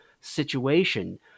situation